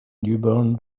newborn